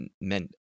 meant